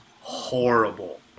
horrible